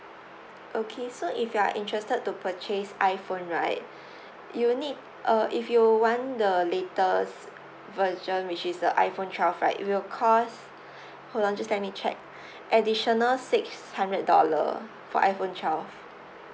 okay so if you are interested to purchase iphone right you will need uh if you want the latest version which is the iphone twelve right it will cost hold on just let me check additional six hundred dollar for iphone twelve